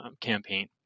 campaign